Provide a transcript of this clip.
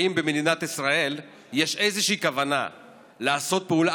האם למדינת ישראל יש איזושהי כוונה לעשות פעולה